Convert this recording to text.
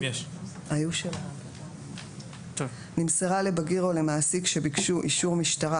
"אישור המשטרה 3. (ה) נמסרה לבגיר או למעסיק שביקשו אישור משטרה,